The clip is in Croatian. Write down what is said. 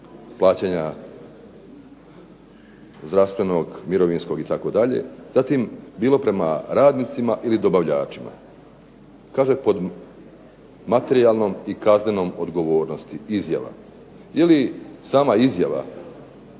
plaćanja zdravstvenog, mirovinskog itd., zatim bilo prema radnicima ili dobavljačima. Kaže, pod materijalnom i kaznenom odgovornosti izjava. Je li sama izjava,